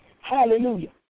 Hallelujah